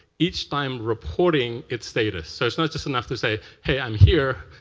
each time reporting its status? so it's not just enough to say, hey, i'm here,